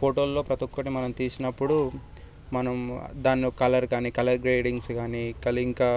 ఫోటోలలో ప్రతి ఒక్కటి మనం తీసినప్పుడు దాని కలర్ కానీ కలర్ గ్రేడింగ్స్ గానీ ఇంకా ఇంకా